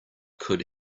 could